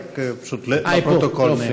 לפרוטוקול.